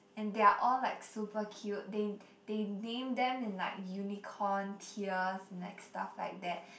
and they are all like super cute they they name them in like unicorn tears like stuff like that